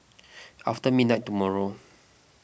after midnight tomorrow